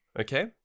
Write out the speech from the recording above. okay